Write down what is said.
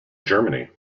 germany